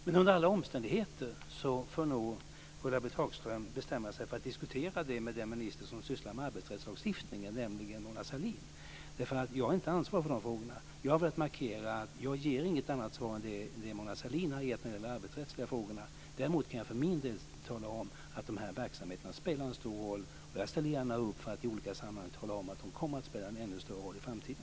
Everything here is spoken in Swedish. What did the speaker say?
Men under alla omständigheter får nog Ulla-Britt Hagström bestämma sig för att diskutera detta med den minister som sysslar med arbetsrättslagstiftningen, nämligen Mona Sahlin, därför att jag har inte ansvar för de frågorna. Jag har velat markera att jag inte ger något annat svar än det Mona Sahlin har gett när det gäller de arbetsrättsliga frågorna. Däremot kan jag för min del tala om att denna verksamhet spelar en stor roll, och jag ställer gärna upp för att i olika sammanhang tala om att den kommer att spela en ännu större roll i framtiden.